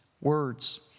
words